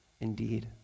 indeed